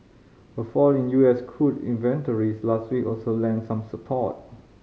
a fall in U S crude inventories last week also lent some support